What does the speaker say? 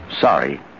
sorry